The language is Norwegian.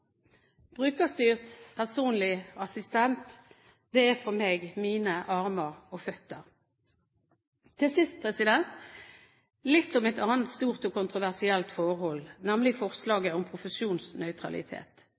Brukerstyrt personlig assistent er for meg mine armer og føtter. Til sist litt om et annet stort og kontroversielt forhold, nemlig